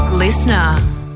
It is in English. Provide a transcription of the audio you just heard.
Listener